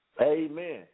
Amen